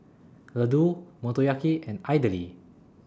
Ladoo Motoyaki and Idili